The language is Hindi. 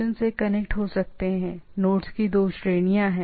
तो इस मामले में हमारे कहने का मतलब यह है कि नोड्स की दो श्रेणियां हैं